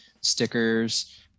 stickers